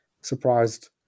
Surprised